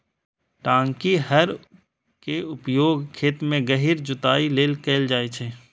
टांकी हर के उपयोग खेत मे गहींर जुताइ लेल कैल जाइ छै